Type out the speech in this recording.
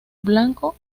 blanco